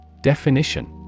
Definition